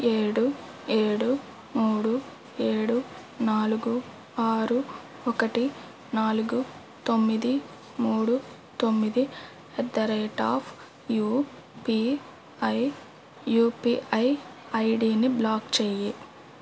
ఏడు ఏడు మూడు ఏడు నాలుగు ఆరు ఒకటి నాలుగు తొమ్మిది మూడు తొమ్మిది at the rate of UPI UPI ఐడిని బ్లాక్ చెయి